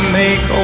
make